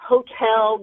Hotel